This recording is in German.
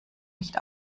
nicht